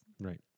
Right